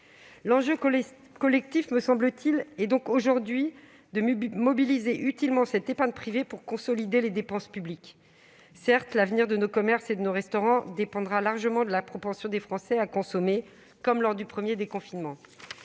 L'enjeu collectif, me semble-t-il, est donc aujourd'hui de mobiliser utilement cette épargne privée afin de consolider les dépenses publiques. Certes, l'avenir de nos commerces et de nos restaurants dépendra largement de la propension des Français à consommer, comme lors du premier déconfinement.